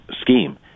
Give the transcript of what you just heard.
scheme